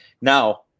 now